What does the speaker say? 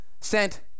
sent